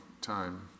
time